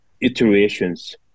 iterations